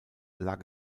lag